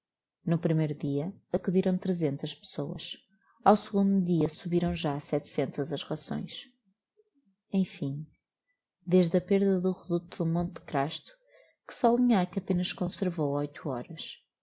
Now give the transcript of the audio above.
no primeiro dia acudiram trezentas pessoas ao segundo dia subiram já a setecentas as rações emfim desde a perda do reducto do monte de crasto que solignac apenas conservou oito horas